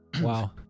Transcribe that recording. wow